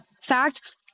fact